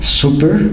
super